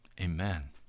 Amen